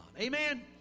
Amen